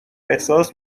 احساس